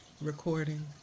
Recording